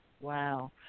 Wow